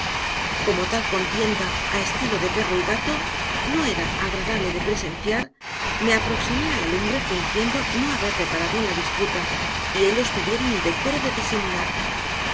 como tal contienda a estilo de perro y gato no era agradable de presenciar me aproximé a la lumbre fingiendo no haber reparado en la disputa y ellos tuvieron el decoro de disimular